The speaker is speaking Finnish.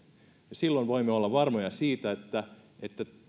silloin voimme olla varmoja siitä että että